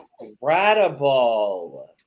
incredible